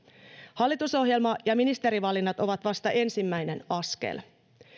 hallitusohjelma ja ministerivalinnat ovat vasta ensimmäinen askel